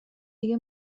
دیگه